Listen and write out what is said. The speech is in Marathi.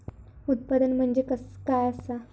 उत्पादन म्हणजे काय असा?